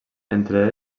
entre